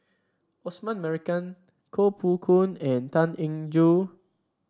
Osman Merican Koh Poh Koon and Tan Eng Joo